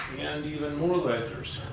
and even more ledgers.